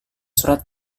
surat